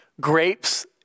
grapes